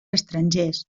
estrangers